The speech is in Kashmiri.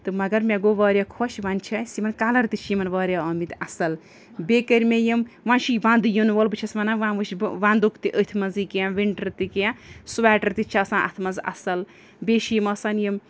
تہٕ مگر مےٚ گوٚو واریاہ خۄش وۄنۍ چھِ اَسہِ یِمَن کَلَر تہِ چھِ یِمَن واریاہ آمٕتۍ اَصٕل بیٚیہِ کٔرۍ مےٚ یِم وۄنۍ چھِ وَندٕ ینہٕ وول بہٕ چھَس وَنان وَنۍ وٕچھ بہٕ وَندُک تہِ أتھۍ منٛزٕے کینٛہہ وِنٹَر تہِ کیٚنٛہہ سُویٹَر تہِ چھِ آسان اَتھ منٛز اَصٕل بیٚیہِ چھِ یِم آسان یِم